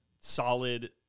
solid